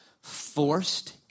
Forced